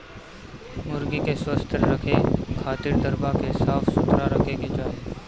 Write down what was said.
मुर्गी के स्वस्थ रखे खातिर दरबा के साफ सुथरा रखे के चाही